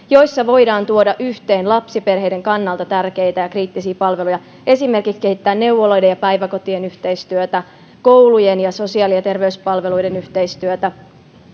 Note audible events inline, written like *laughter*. *unintelligible* joissa voidaan tuoda yhteen lapsiperheiden kannalta tärkeitä ja kriittisiä palveluja esimerkiksi kehittää neuvoloiden ja päiväkotien yhteistyötä koulujen ja sosiaali ja terveyspalveluiden yhteistyötä